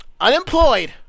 Unemployed